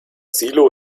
silo